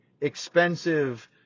expensive